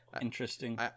interesting